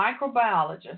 microbiologist